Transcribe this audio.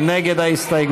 מי נגד ההסתייגות?